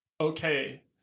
okay